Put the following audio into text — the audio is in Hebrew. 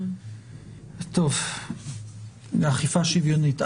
טוב, אכיפה שוויונית.